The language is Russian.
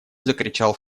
закричал